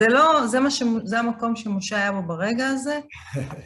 זה לא, זה המקום שמשה היה בו ברגע הזה.